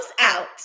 out